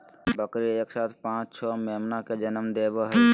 बकरी एक साथ पांच छो मेमना के जनम देवई हई